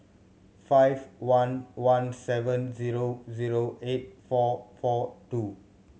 five one one seven zero zero eight four four two